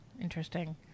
interesting